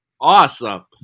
awesome